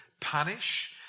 punish